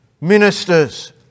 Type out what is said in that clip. ministers